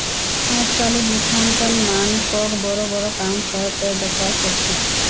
अजकालित लेखांकन मानकक बोरो बोरो काम कर त दखवा सख छि